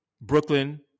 Brooklyn